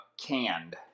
canned